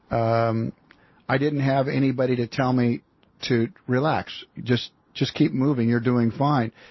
um i didn't have anybody to tell me to relax, just just keep moving you're doing fine.